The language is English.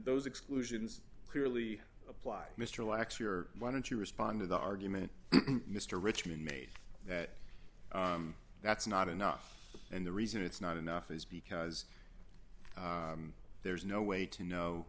those exclusions clearly apply mr lax your why don't you respond to the argument mr richman made that that's not enough and the reason it's not enough is because there's no way to know